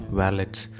wallets